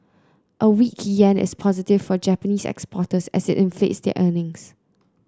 a weak yen is positive for Japanese exporters as it inflates their earnings